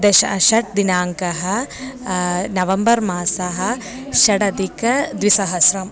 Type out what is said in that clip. दश षट् दिनाङ्कः नवम्बर् मासः षडधिक द्विसहस्रम्